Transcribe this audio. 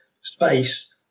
Space